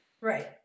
right